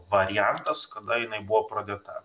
variantas kada jinai buvo pradėta